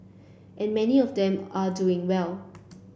and many of them are doing well